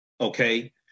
okay